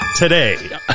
Today